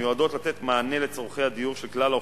מיועדות לתת מענה לצורכי הדיור של כלל האוכלוסייה.